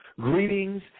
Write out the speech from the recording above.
greetings